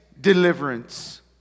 deliverance